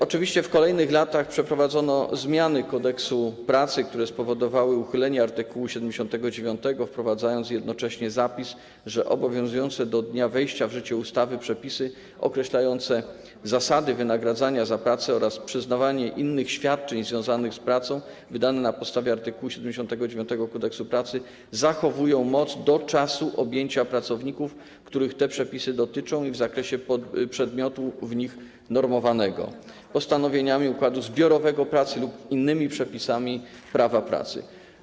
Oczywiście w kolejnych latach przeprowadzono zmiany Kodeksu pracy, które spowodowały uchylenie art. 79, wprowadzając jednocześnie zapis, że obowiązujące do dnia wejścia w życie ustawy przepisy określające zasady wynagradzania za pracę oraz przyznawania innych świadczeń związanych z pracą, wydane na podstawie art. 79 Kodeksu pracy, zachowują moc do czasu objęcia pracowników, których te przepisy dotyczą w zakresie przedmiotu w nich normowanego, postanowieniami układu zbiorowego pracy lub innymi przepisami prawa pracy.